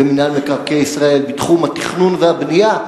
במינהל מקרקעי ישראל בתחום התכנון והבנייה,